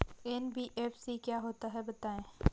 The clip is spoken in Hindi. एन.बी.एफ.सी क्या होता है बताएँ?